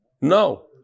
No